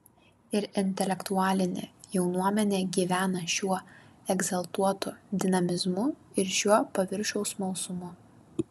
ir intelektualinė jaunuomenė gyvena šiuo egzaltuotu dinamizmu ir šiuo paviršiaus smalsumu